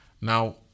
Now